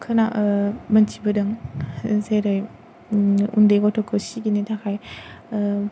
खोना मोन्थिबोदों जेरै उन्दै गथ'फोरखौ सिगिनो थाखाय